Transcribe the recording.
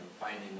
finding